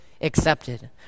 accepted